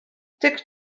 dic